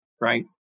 right